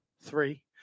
three